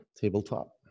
Tabletop